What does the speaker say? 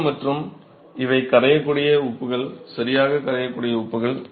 உப்புகள் மற்றும் இவை கரையக்கூடிய உப்புகள் சரியாக கரையக்கூடிய உப்புகள்